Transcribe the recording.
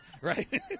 right